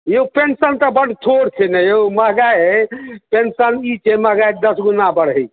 यौ पेन्शन तऽ बड़ थोड़ छै ने यौ महँगाइ पेन्शन ई दिन राति दश गुन्ना बढ़ैत छै